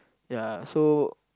ya so